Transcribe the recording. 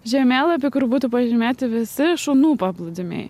žemėlapį kur būtų pažymėti visi šunų paplūdimiai